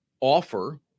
offer